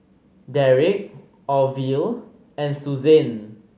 Derick Orville and Susanne